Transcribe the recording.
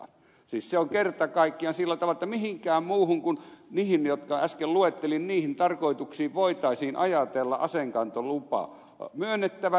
siis se on kerta kaikkiaan sillä tavalla että ei mihinkään muuhun kuin niihin tarkoituksiin jotka äsken luettelin voitaisi ajatella aseenkantolupa myönnettävän